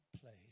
place